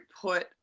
put